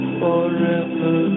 forever